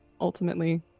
ultimately